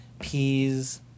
peas